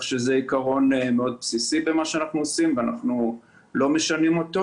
זה עיקרון מאוד בסיסי במה שאנחנו עושים ואנחנו לא נשנה את זה.